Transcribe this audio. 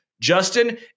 Justin